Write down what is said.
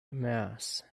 mass